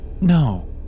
no